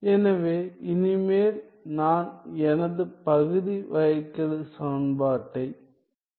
எனவே இனிமேல் நான் எனது பகுதி வகைக்கெழு சமன்பாட்டை P